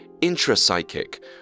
intra-psychic